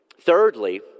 thirdly